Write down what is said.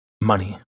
Money